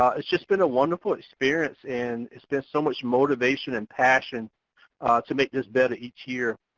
ah it's just been a wonderful experience and it's been so much motivation and passion to make this better each year.